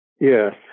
Yes